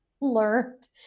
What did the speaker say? learned